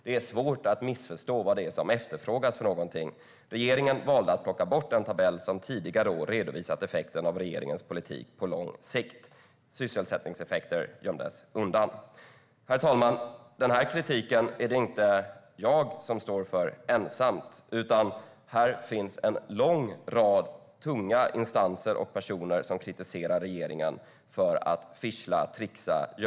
Det är svårt att missförstå vad det är som efterfrågas. Sysselsättningseffekter gömdes undan. Herr talman! Det är inte jag ensam som står för denna kritik. Det finns en lång rad tunga instanser och personer som kritiserar regeringen för att "fischla", trixa, gömma och så vidare.